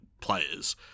players